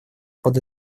под